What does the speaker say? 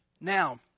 Now